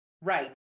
Right